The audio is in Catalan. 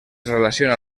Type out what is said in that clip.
relaciona